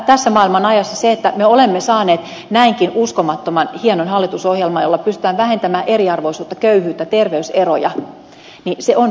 tässä maailmanajassa se että me olemme saaneet näinkin uskomattoman hienon hallitusohjelman jolla pystytään vähentämään eriarvoisuutta köyhyyttä terveyseroja on pienoinen ihme